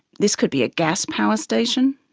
this could be a gas power station,